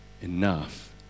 enough